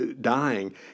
dying